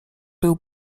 był